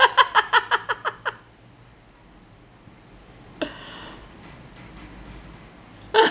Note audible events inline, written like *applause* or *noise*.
*laughs* *breath* *laughs*